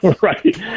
Right